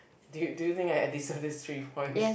do you do you think I I deserve this three points